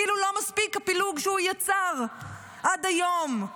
כאילו לא מספיק הפילוג שהוא יצר עד היום.